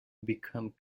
become